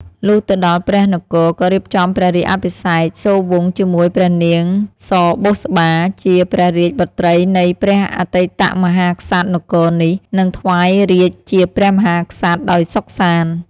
លុះទៅដល់ព្រះនគរ ក៏រៀបចំព្រះរាជអភិសេកសូរវង្សជាមួយព្រះនាងសបុប្ផា ជាព្រះរាជបុត្រីនៃព្រះអតីតមហាក្សត្រនគរនេះ និងថ្វាយរាជ្យជាព្រះមហាក្សត្រដោយសុខសាន្ត។